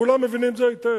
כולם מבינים את זה היטב,